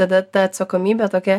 tada ta atsakomybė tokia